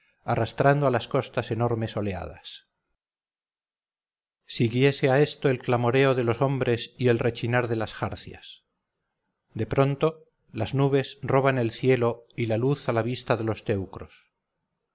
arrastrando a las costas enormes oleadas siguiese a esto el clamoreo de los hombres y el rechinar de las jarcias de pronto las nubes roban el cielo y la luz a la vista de los teucros